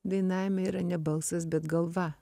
dainavime yra ne balsas bet galva